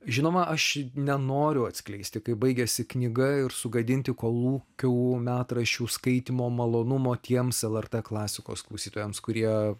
žinoma aš nenoriu atskleisti kaip baigiasi knyga ir sugadinti kolūkių metraščių skaitymo malonumo tiems lrt klasikos klausytojams kurie